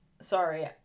sorry